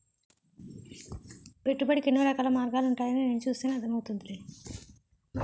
పెట్టుబడికి ఎన్నో రకాల ఆదాయ మార్గాలుంటాయని నిన్ను చూస్తేనే అర్థం అవుతోందిలే